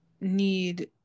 need